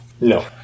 No